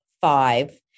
five